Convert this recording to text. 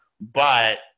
but-